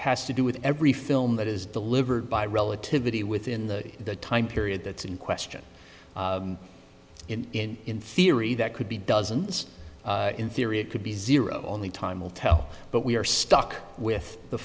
has to do with every film that is delivered by relativity within the the time period that's in question in in theory that could be dozens in theory it could be zero only time will tell but we are stuck with the